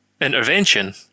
intervention